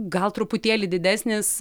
gal truputėlį didesnis